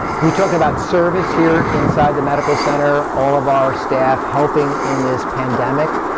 we talked about service here inside the medical center, all of our staff helping in this pandemic.